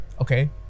okay